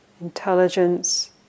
intelligence